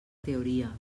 teoria